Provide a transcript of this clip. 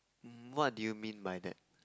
um what did you mean by that